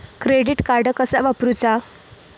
Credit card कसा वापरूचा?